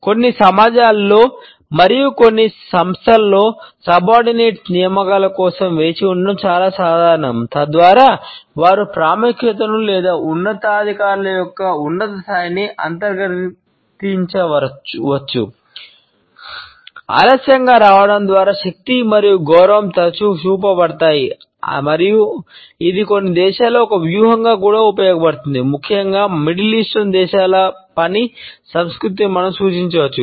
కొన్ని సమాజాలలో మరియు కొన్ని సంస్థలలో సబార్డినేట్లు దేశాల పని సంస్కృతిని మనం సూచించవచ్చు